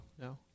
no